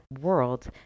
world